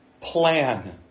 plan